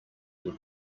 would